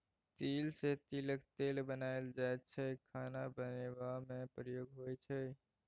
तिल सँ तिलक तेल बनाएल जाइ छै खाना बनेबा मे प्रयोग होइ छै